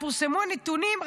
כשפורסמו הנתונים,